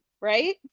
right